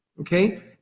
Okay